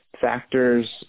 factors